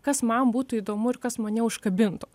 kas man būtų įdomu ir kas mane užkabintų